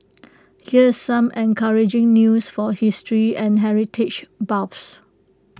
here's some encouraging news for history and heritage buffs